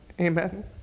Amen